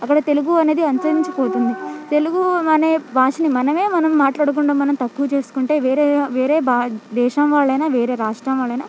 అక్కడ తెలుగు అనేది అంతరించిపోతుంది తెలుగు అనే భాషని మనమే మనం మాట్లాడకుండా మనం తక్కువ చేసుకుంటే వేరే వేరే భా దేశం వాళ్ళయినా వేరే రాష్ట్రం వాళ్ళయినా